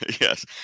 Yes